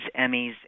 Emmys